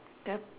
the